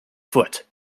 foot